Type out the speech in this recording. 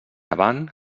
avant